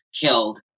killed